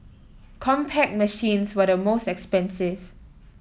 Compaq machines were the most expensive